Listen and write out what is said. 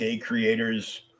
creators